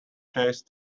chase